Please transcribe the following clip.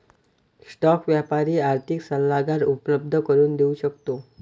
stock व्यापारी आर्थिक सल्लागार उपलब्ध करून देऊ शकतो